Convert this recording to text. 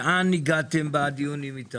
בין התחזיות שנקבעו